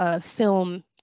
film